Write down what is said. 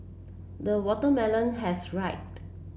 the watermelon has ripened